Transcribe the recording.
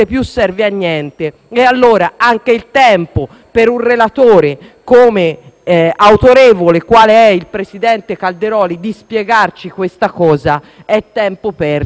autorevole, qual è il presidente Calderoli, di spiegarci questa cosa è tempo perso e non serve assolutamente a niente.